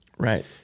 Right